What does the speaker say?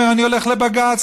ואומר: אני הולך לבג"ץ,